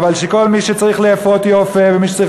אבל שכל מי שצריך לאפות יאפה,